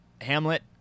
Hamlet